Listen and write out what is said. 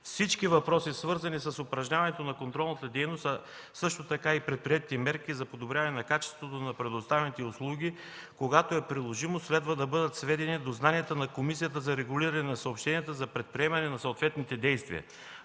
Всички въпроси, свързани с упражняването на контролната дейност, а също така и предприетите мерки за подобряване на качеството на предоставените услуги, когато е приложимо, следва да бъдат сведени до знанията на Комисията за регулиране на съобщенията за предприемане на съответните действия.